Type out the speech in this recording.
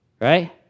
right